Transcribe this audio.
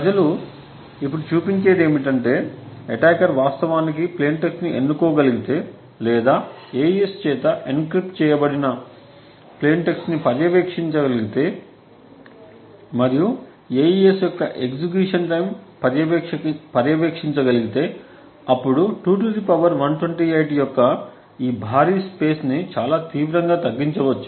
ప్రజలు ఇప్పుడు చూపించేది ఏమిటంటే అటాకర్ వాస్తవానికి ప్లేయిన్ టెక్స్ట్ ని ఎన్నుకోగలిగితే లేదా AES చేత ఎన్క్రిప్ట్ చేయబడిన ప్లేయిన్ టెక్స్ట్ ని పర్యవేక్షించగలిగితే మరియు AES యొక్క ఎగ్జిక్యూషన్ టైమ్ పర్యవేక్షించగలిగితే అప్పుడు 2128 యొక్క ఈ భారీ స్పేస్ని చాలా తీవ్రంగా తగ్గించవచ్చు